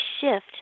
shift